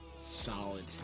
Solid